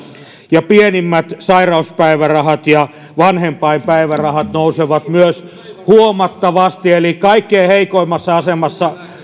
ja pienimmät sairauspäivärahat ja vanhempainpäivärahat nousevat myös huomattavasti eli kaikkein heikoimmassa asemassa